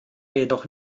jedoch